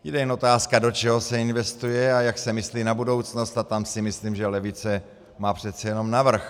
Je to jen otázka, do čeho se investuje a jak se myslí na budoucnost, a tam si myslím, že levice má přece jenom navrch.